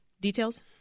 details